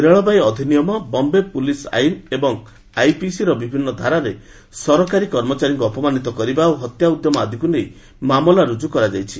ରେଳବାଇ ଅଧିନିୟମ ବମ୍ବେ ପୁଲିସ ଆଇନ ଏବଂ ଆଇପିସିର ବିଭିନ୍ନ ଧାରାରେ ସରକାରୀ କର୍ମଚାରୀଙ୍କୁ ଅପମାନିତ କରିବା ଓ ହତ୍ୟା ଉଦ୍ୟମ ଆଦିକୁ ନେଇ ମାମଲା ରୁଜୁ କରାଯାଇଛି